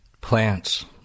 plants